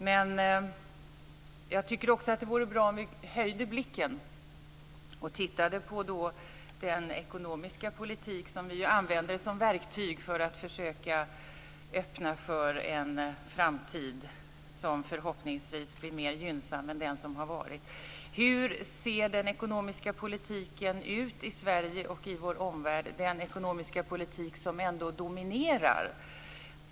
Men jag tycker också att det vore bra om vi höjde blicken och tittade på den ekonomiska politik som vi ju använder som verktyg för att försöka öppna för en framtid som förhoppningsvis blir mer gynnsam än den som har varit. Hur ser den ekonomiska politiken ut i Sverige och i vår omvärld, den ekonomiska politik som ändå dominerar?